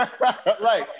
right